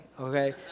Okay